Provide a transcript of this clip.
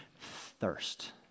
thirst